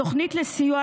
התוכנית לסיוע,